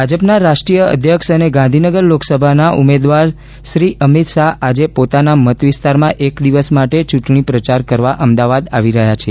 ભાજપના રાષ્ટ્રીય અધ્યક્ષ અને ગાંધીનગર લોકસભાના ઉમેદવાર શ્રી અમિત શાહ આજે પોતાના મતવિસ્તારમાં એક દિવસ માટે ચૂંટણી પ્રચાર કરવા અમદાવાદ આવી રહ્યાં છે